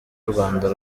rwanda